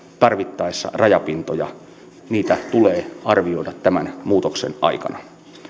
tarvittaessa rajapintoja tulee arvioida tämän muutoksen aikana